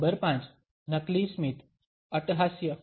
number 5 નકલી સ્મિત અટ્ટહાસ્ય